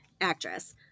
actress